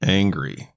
angry